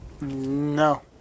No